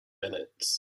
minutes